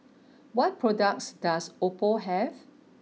what products does Oppo have